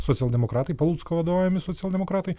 socialdemokratai palucko vadovaujami socialdemokratai